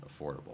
affordable